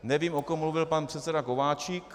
Nevím, o kom mluvil pan předseda Kováčik.